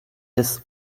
des